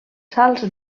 salts